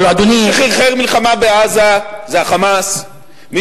מי שחרחר מלחמה בעזה זה ה"חמאס" בוא לא נפתח,